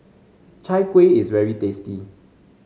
Chai Kuih is very tasty